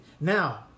Now